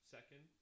Second